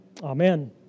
Amen